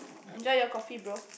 enjoy your coffee bro